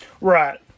Right